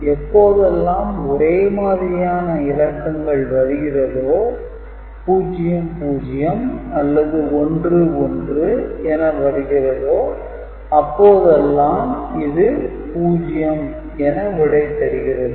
எப்போதெல்லாம் ஒரே மாதிரியான இலக்கங்கள் வருகிறதோ 00 அல்லது 11 என வருகிறதோ அப்போதெல்லாம் இது 0 என விடை தருகிறது